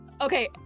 Okay